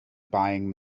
buying